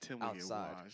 outside